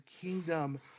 kingdom